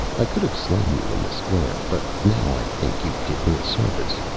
i could have slain you in the square, but now i think you did me a service.